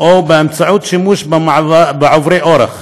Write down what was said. או באמצעות עוברי אורח.